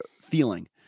feeling